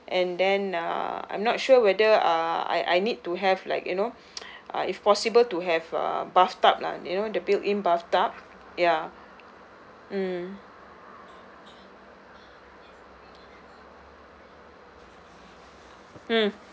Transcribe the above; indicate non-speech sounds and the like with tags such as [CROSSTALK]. and then uh I'm not sure whether uh I I need to have like you know [NOISE] uh if possible to have a bathtub lah you know the built in bathtub ya mm mm